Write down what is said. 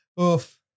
oof